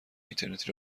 اینترنتی